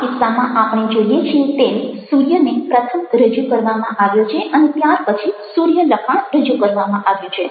આ કિસ્સામાં આપણે જોઈએ છીએ તેમ સૂર્યને પ્રથમ રજૂ કરવામાં આવ્યો છે અને ત્યાર પછી સૂર્ય લખાણ રજૂ કરવામાં આવ્યું છે